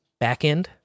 backend